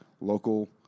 local